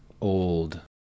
old